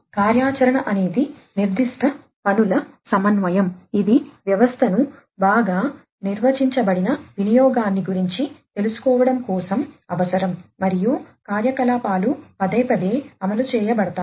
కార్యాచరణ అనేది నిర్దిష్ట పనుల సమన్వయం ఇది వ్యవస్థను బాగా నిర్వచించబడిన వినియోగాన్ని గురించి తెలుసుకోవటం కోసం అవసరం మరియు కార్యకలాపాలు పదేపదే అమలు చేయబడతాయి